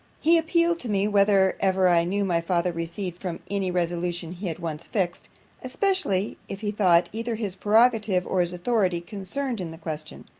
he appealed to me, whether ever i knew my father recede from any resolution he had once fixed especially, if he thought either his prerogative, or his authority concerned in the question.